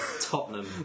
Tottenham